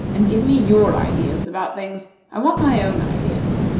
and give me your ideas about things. i want my own ideas.